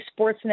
Sportsnet